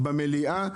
בקריאה הראשונה במליאה.